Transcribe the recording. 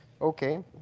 Okay